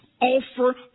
offer